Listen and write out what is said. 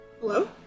Hello